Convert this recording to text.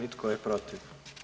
I tko je protiv?